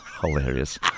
Hilarious